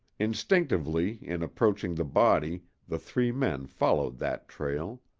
instinctively in approaching the body the three men followed that trail.